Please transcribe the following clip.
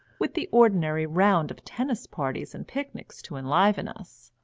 with the ordinary round of tennis parties and picnics to enliven us.